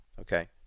okay